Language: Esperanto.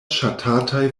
ŝatataj